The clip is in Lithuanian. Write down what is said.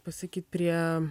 pasakyt prie